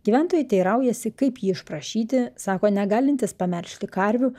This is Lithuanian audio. gyventojai teiraujasi kaip jį išprašyti sako negalintys pamelžti karvių